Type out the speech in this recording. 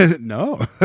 No